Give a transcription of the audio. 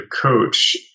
coach